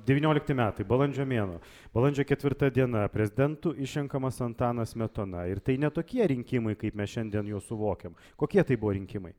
devyniolikti metai balandžio mėnuo balandžio ketvirta diena prezidentu išrenkamas antanas smetona ir tai ne tokie rinkimai kaip mes šiandien juos suvokiam kokie tai buvo rinkimai